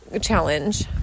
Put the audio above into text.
challenge